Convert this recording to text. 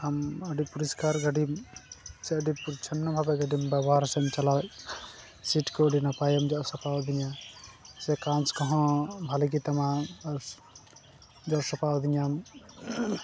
ᱟᱹᱰᱤ ᱯᱚᱨᱤᱥᱠᱟᱨ ᱜᱟᱹᱰᱤ ᱟᱹᱰᱤ ᱯᱚᱨᱤᱪᱷᱚᱱᱱᱚ ᱵᱷᱟᱵᱮ ᱜᱟᱹᱰᱤ ᱵᱮᱵᱚᱦᱟᱨ ᱥᱮ ᱪᱟᱞᱟᱣ ᱥᱤᱴ ᱠᱚ ᱟᱹᱰᱤ ᱱᱟᱯᱟᱭᱮᱢ ᱡᱚᱫ ᱥᱟᱯᱟᱣᱟᱫᱤᱧᱟᱹ ᱥᱮ ᱠᱟᱹᱪ ᱠᱚᱦᱚᱸ ᱵᱷᱟᱹᱞᱤ ᱜᱮᱛᱟᱢᱟ ᱡᱚᱫ ᱥᱟᱯᱷᱟᱣᱟᱫᱤᱧᱟᱢ